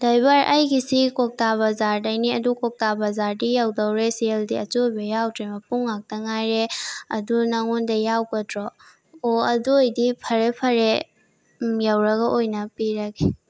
driver ꯑꯩꯒꯤꯁꯤ ꯀ꯭ꯋꯥꯛꯇꯥ ꯕꯖꯥꯔꯗꯒꯤꯅꯤ ꯑꯗꯨ ꯀ꯭ꯋꯥꯛꯇꯥ ꯕꯖꯥꯔꯗꯤ ꯌꯧꯗꯧꯔꯣ ꯁꯦꯜꯗꯤ ꯑꯆꯣꯏꯕ ꯌꯥꯎꯗ꯭ꯔꯦ ꯃꯄꯨꯝ ꯉꯥꯛꯇ ꯉꯥꯏꯔꯦ ꯑꯗꯨ ꯅꯉꯣꯟꯗ ꯌꯥꯎꯒꯗ꯭ꯔꯣ ꯑꯣ ꯑꯖꯨ ꯑꯣꯏꯔꯗꯤ ꯐꯔꯦ ꯐꯔꯦ ꯎꯝ ꯌꯧꯔꯒ ꯑꯣꯏꯅ ꯄꯤꯔꯒꯦ